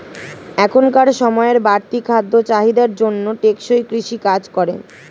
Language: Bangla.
এখনকার সময়ের বাড়তি খাদ্য চাহিদার জন্য টেকসই কৃষি কাজ করে